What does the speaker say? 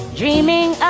dreaming